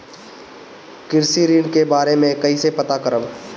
कृषि ऋण के बारे मे कइसे पता करब?